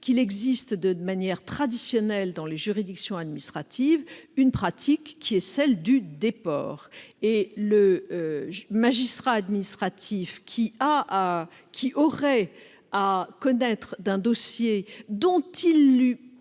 qu'il existe de manière traditionnelle dans les juridictions administratives une pratique : celle du déport. Ainsi, un magistrat administratif qui aurait à connaître d'un dossier dont il aurait